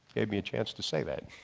gave me a chance to say that.